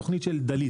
התוכנית של דלית.